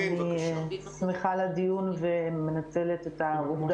אני שמחה על הדיון ומנצלת את המעמד